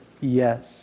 yes